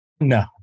No